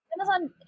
Amazon